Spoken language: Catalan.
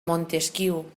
montesquiu